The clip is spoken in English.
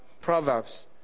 Proverbs